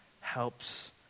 helps